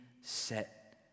set